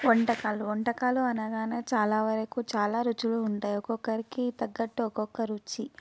వంటకాలు వంటకాలు అనగానే చాలావరకు చాలా రుచులు ఉంటాయి ఒక్కొక్కరికి తగ్గట్టు ఒక్కొక్క రుచి